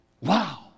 wow